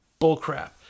bullcrap